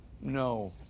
No